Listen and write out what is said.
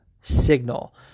signal